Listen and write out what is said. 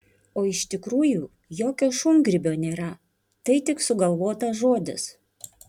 o iš tikrųjų jokio šungrybio nėra tai tik sugalvotas žodis